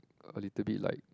a little bit like